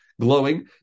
glowing